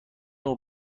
اون